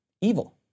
evil